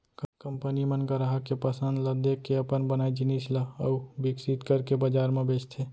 company मन गराहक के पसंद ल देखके अपन बनाए जिनिस ल अउ बिकसित करके बजार म बेचथे